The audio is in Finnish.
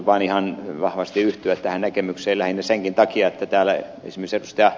halusin ihan vahvasti yhtyä tähän näkemykseen senkin takia että täällä esimerkiksi ed